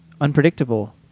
unpredictable